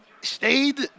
stayed